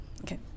okay